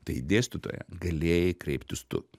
tai į dėstytoją galėjai kreiptis tu